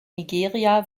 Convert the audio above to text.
nigeria